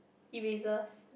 erasers